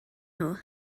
nhw